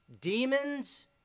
demons